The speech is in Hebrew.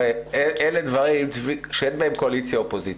צבי, אלה דברים שאין בהם קואליציה ואופוזיציה.